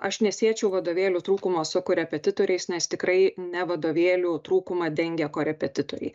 aš nesiečiau vadovėlių trūkumo su korepetitoriais nes tikrai ne vadovėlių trūkumą dengia korepetitoriai